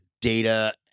data